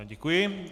Děkuji.